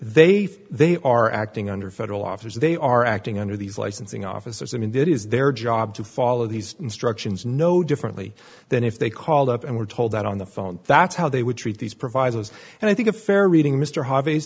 feel they are acting under federal officers they are acting under these licensing officers i mean that is their job to follow these instructions no differently than if they called up and were told that on the phone that's how they would treat these provisos and i think a fair reading mr h